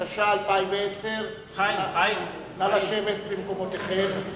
התש"ע 2010. נא לשבת במקומותיכם.